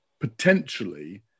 potentially